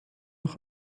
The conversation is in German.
noch